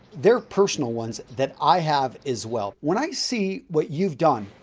they're personal ones that i have as well. when i see what you've done,